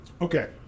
Okay